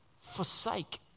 forsake